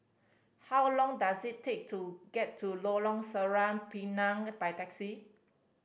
how long does it take to get to Lorong Sireh Pinang by taxi